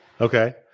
okay